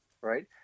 right